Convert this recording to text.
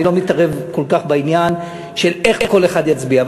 אני לא מתערב כל כך בעניין של איך כל אחד יצביע.